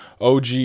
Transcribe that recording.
OG